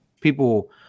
people